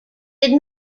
did